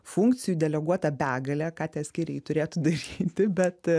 funkcijų deleguota begalė ką tie skyriai turėtų daryti bet